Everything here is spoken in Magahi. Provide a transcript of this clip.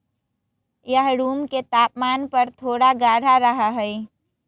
यह रूम के तापमान पर थोड़ा गाढ़ा रहा हई